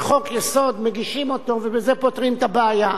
שחוק-יסוד מגישים אותו ובזה פותרים את הבעיה.